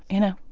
you know,